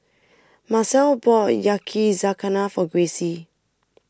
Marcelle bought Yakizakana for Gracie